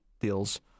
deals